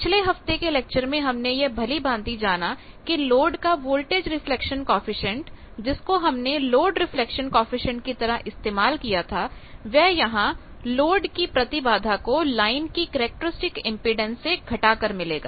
पिछले हफ्ते के लेक्चर में हमने यह भली भांति जाना कि लोड का वोल्टेज रिफ्लेक्शन कॉएफिशिएंट जिसको हमने लोड रिफ्लेक्शन कॉएफिशिएंट की तरह इस्तेमाल किया था वह यहां लोड की प्रतिबाधा को लाइन की कैरेक्टरिस्टिक इम्पीडेन्स से घटा कर मिलेगा